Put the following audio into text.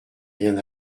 rien